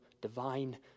divine